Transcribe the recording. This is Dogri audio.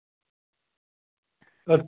होर